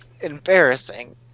embarrassing